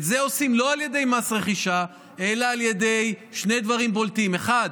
את זה עושים לא על ידי מס רכישה אלא על ידי שני דברים בולטים: האחד,